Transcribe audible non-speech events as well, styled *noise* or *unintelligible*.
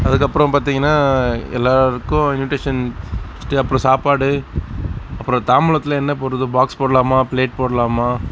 அதுக்கப்புறம் பார்த்தீங்கன்னா எல்லாருக்கும் இன்விடேஷன் *unintelligible* அப்புறம் சாப்பாடு அப்புறம் தாம்பூலத்தில் என்ன போடறது பாக்ஸ் போடலாமா பிளேட் போடலாமா